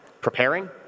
preparing